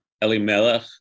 Elimelech